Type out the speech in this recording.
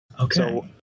Okay